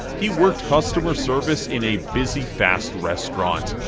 he worked customer service in a busy fast restaurant.